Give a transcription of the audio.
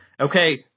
Okay